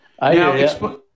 Now